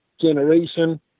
generation